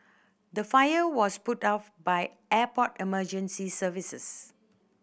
the fire was put out by airport emergency services